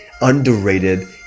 underrated